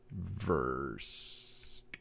verse